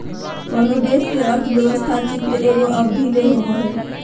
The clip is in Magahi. कोनो देश के अर्थव्यवस्था चित्र एगो अवधि ले होवो हइ